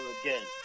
again